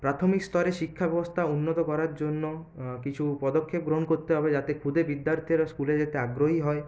প্রাথমিক স্তরে শিক্ষা ব্যবস্থা উন্নত করার জন্য কিছু পদক্ষেপ গ্রহণ করতে হবে যাতে খুদে বিদ্যার্থীরা স্কুলে যেতে আগ্রহী হয়